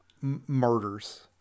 murders